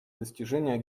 достижения